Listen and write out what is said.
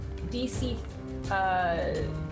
DC